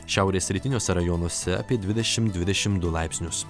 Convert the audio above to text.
šiaurės rytiniuose rajonuose apie dvidešim dvidešim du laipsnius